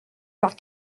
par